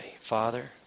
father